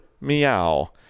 Meow